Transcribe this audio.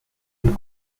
les